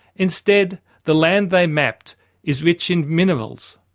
instead the land they mapped is rich in minerals.